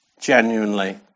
Genuinely